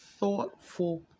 thoughtful